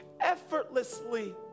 effortlessly